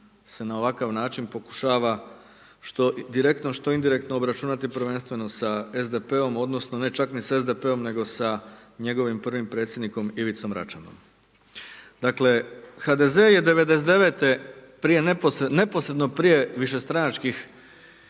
se na ovakav način pokušava, što direktno što indirektno obračunati prvenstveno sa SDP-om, odnosno, ne čak ni sa SDP-om nego sa njegovim prvim predsjednikom Ivicom Račanom. Dakle, HDZ je '99. neposredno prije višestranačkih